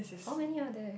how many are there